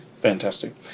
fantastic